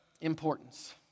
importance